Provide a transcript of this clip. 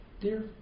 Dear